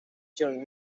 during